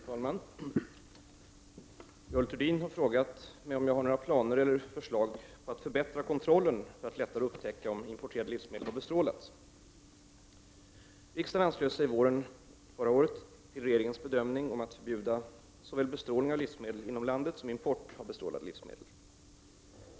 Herr talman! Görel Thurdin har frågat mig om jag har några planer på eller förslag till att förbättra kontrollen för att lättare upptäcka om importerade livsmedel har bestrålats. Riksdagen anslöt sig våren 1989 till regeringens bedömning om att förbjuda såväl bestrålning av livsmedel inom landet som import av bestrålade livsmedel.